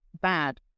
bad